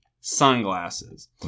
sunglasses